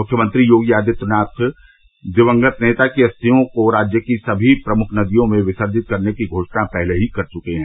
मुख्यमंत्री योगी आदित्यनाथ दिवंगत नेता की अस्थियों को राज्य की सभी प्रमुख नदियों में विसर्जित करने की घोषणा पहले ही कर चुके हैं